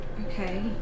Okay